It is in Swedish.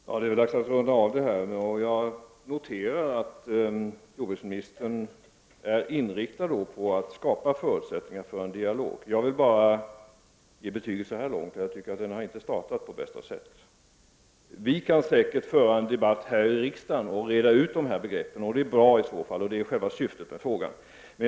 Herr talman! Det är väl dags att runda av den här diskussionen nu. Jag noterar att jordbruksministern är inriktad på att skapa förutsättningar för en dialog. Jag vill bara ge betyget att den inte har startat på bästa sätt. Vi kan säkert föra en debatt i riksdagen och reda ut de här begreppen, och det är i så fall bra; det är syftet med den här frågan.